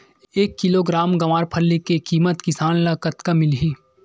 एक किलोग्राम गवारफली के किमत किसान ल कतका मिलही?